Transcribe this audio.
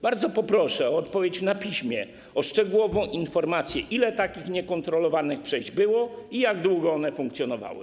Bardzo poproszę o odpowiedź na piśmie i o szczegółową informację, ile takich niekontrolowanych przejść było i jak długo one funkcjonowały.